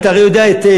אתה הרי יודע היטב,